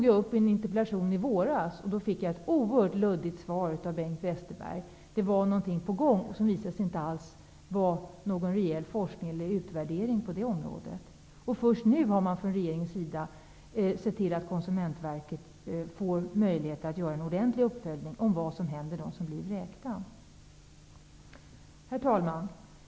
Jag fick ett oerhört luddigt svar av Bengt Westerberg. Det var någonting på gång. Det visade sig inte alls vara någon rejäl forskning eller utvärdering på det området. Först nu har man från regeringens sida sett till att Konsumentverket får möjlighet att göra en ordentlig uppföljning av vad som händer dem som blir vräkta. Herr talman!